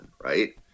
right